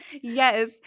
Yes